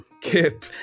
Kip